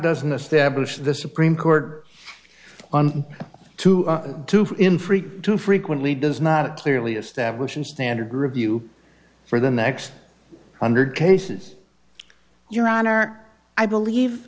doesn't establish the supreme court on to do in free to frequently does not clearly establish a standard review for the next hundred cases your honor i believe